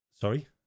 sorry